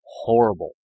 horrible